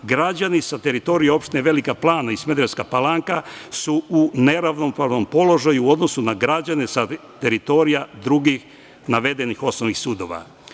Građani sa teritorije opština Velika Plana i Smederevska Palanka su u neravnopravnom položaju u odnosu na građane sa teritorija drugih navedenih osnovnih sudova.